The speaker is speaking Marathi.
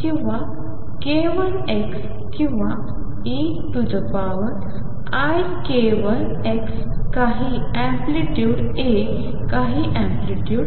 किंवा k1x किंवा e ik1x काही अँप्लिटयूड A काही अँप्लिटयूड B